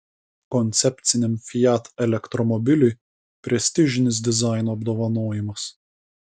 koncepciniam fiat elektromobiliui prestižinis dizaino apdovanojimas